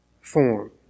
form